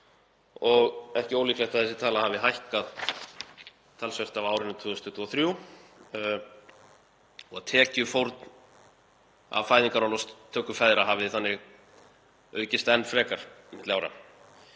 og ekki ólíklegt að þessi tala hafi hækkað talsvert á árinu 2023 og tekjufórn af fæðingarorlofstöku feðra hafi þannig aukist enn frekar milli ára.